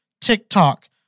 TikTok